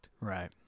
Right